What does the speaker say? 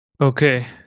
Okay